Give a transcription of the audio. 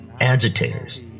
agitators